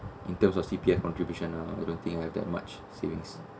in terms of C_P_F contribution ah I don't think I have that much savings